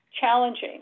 challenging